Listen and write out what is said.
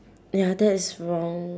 ya that's wrong